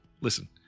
listen